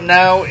now